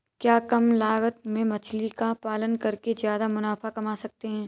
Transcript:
क्या कम लागत में मछली का पालन करके ज्यादा मुनाफा कमा सकते हैं?